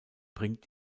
bringt